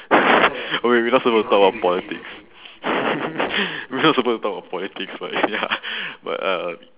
okay we not supposed to talk about politics we not supposed to talk about politics but ya but uh